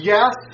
Yes